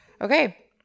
Okay